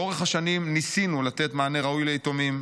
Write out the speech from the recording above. לאורך השנים ניסינו לתת מענה ראוי ליתומים.